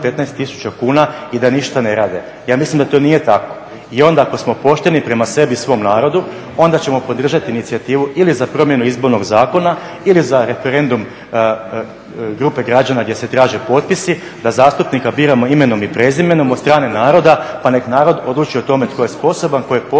tisuća kuna i da ništa ne rade. Ja mislim da to nije tako. I onda ako smo pošteni prema sebi i svom narodu, onda ćemo podržati inicijativu ili za promjenu izbornog zakona ili za referendum grupe građana gdje se traže potpisi da zastupnika biramo imenom i prezimenom od strane naroda pa neka narod odluči o tome tko je sposoban, tko je pošten